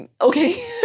Okay